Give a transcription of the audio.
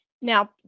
now